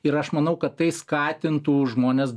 ir aš manau kad tai skatintų žmones